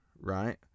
right